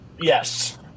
Yes